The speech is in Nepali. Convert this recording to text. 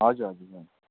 हजुर हजुर